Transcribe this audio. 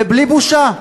ובלי בושה.